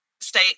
state